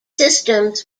systems